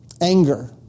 anger